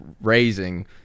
raising